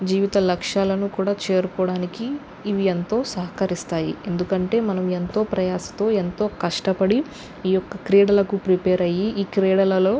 జీవిత లక్ష్యాలను కూడా చేరుకోవడానికి ఇవి ఎంతో సహకరిస్తాయి ఎందుకంటే మనం ఎంతో ప్రయాసతో ఎంతో కష్టపడి ఈ యొక్క క్రీడలకు ప్రిపేర్ అయ్యి ఈ క్రీడలలో